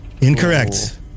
Incorrect